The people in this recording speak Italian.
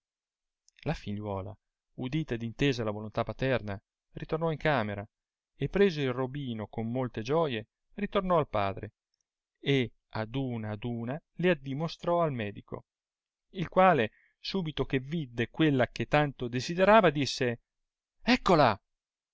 la figliuola udita ed intesa la volontà paterna ritornò in camera e preso il robino con molte gioie ritornò al padre e ad una ad una le addimostrò al medico il qual subito che vidde quella che tanto desiderava disse eccola